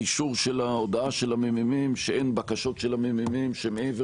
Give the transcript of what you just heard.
באישור של המ.מ.מ שאין בקשות של המ.מ.מ שמעבר